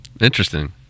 Interesting